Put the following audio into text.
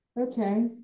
okay